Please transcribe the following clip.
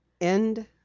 End